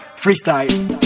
Freestyle